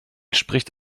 spricht